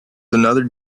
another